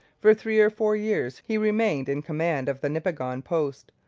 for three or four years he remained in command of the nipigon post,